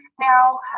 now